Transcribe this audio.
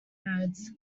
nodes